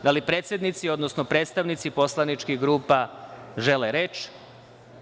Da li predsednici, odnosno predstavnici poslaničkih grupa žele reč?